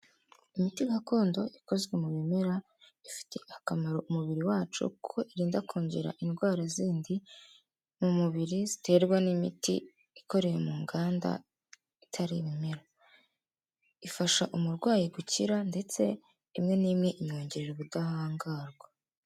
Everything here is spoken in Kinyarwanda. Imiti gakondo ikozwe mu bimera ifite akamaro mu mubiri wacu kuko irinda kongera indwara zindi mu mubiri ziterwa n'imiti ikoreye mu nganda itari ibimera, ifasha umurwayi gukira ndetse imwe n'imwe imwongerera ubudahangarwa.